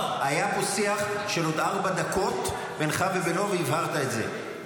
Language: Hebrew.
היה פה שיח של עוד ארבע דקות בינך ובינו והבהרת את זה.